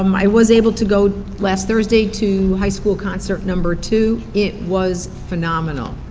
um i was able to go last thursday to high school concert number two, it was phenomenal.